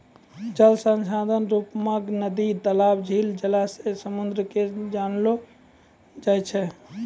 जल संसाधन रुप मग नदी, तलाब, झील, जलासय, समुन्द के जानलो जाय छै